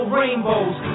rainbows